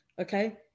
okay